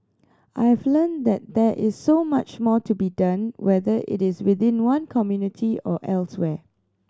I have learnt that there is so much more to be done whether it is within one community or elsewhere